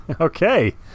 Okay